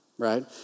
Right